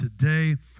today